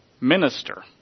minister